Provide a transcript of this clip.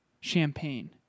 Champagne